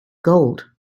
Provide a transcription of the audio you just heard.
gold